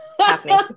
happening